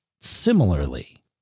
similarly